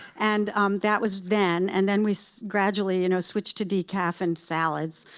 and that was then. and then we so gradually, you know, switched to decaf and salads.